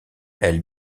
elles